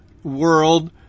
world